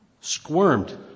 squirmed